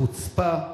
לחוצפה,